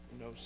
no